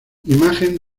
imagen